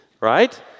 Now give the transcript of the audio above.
right